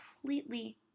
completely